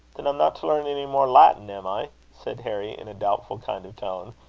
then i'm not to learn any more latin, am i? said harry, in a doubtful kind of tone,